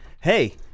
Hey